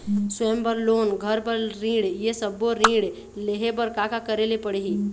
स्वयं बर लोन, घर बर ऋण, ये सब्बो ऋण लहे बर का का करे ले पड़ही?